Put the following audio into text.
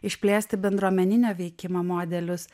išplėsti bendruomeninio veikimo modelius